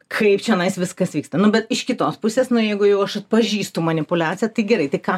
kaip čionais viskas vyksta nu bet iš kitos pusės na jeigu jau aš atpažįstu manipuliaciją tai gerai tai ką